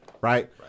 right